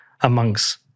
amongst